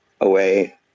away